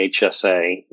HSA